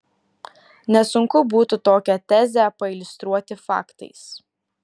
nesunku būtų tokią tezę pailiustruoti faktais